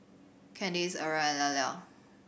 Candice Erie and Eller